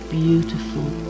beautiful